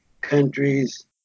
countries